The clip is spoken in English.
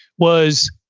was,